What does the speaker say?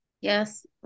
Yes